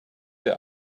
der